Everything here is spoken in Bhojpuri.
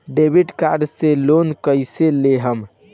डेबिट कार्ड से लोन कईसे लेहम?